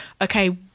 okay